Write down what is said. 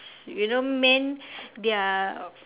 you know men they are